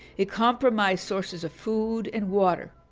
it compromised sources of food and water.